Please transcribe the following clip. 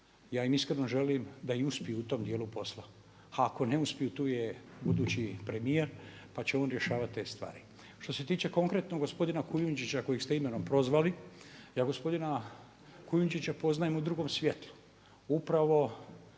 Ja im iskreno želim da i uspiju u tom dijelu posla. A ako ne uspiju tu je budući premijer pa će on rješavati te stvari. Što se tiče konkretno gospodina Kujundžića kojeg ste imenom prozvali ja gospodina Kujundžića poznajem u drugom svjetlu, upravo